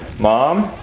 mom?